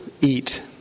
eat